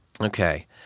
Okay